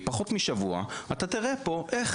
תוך פחות משבוע אתה לגמרי תראה פה איך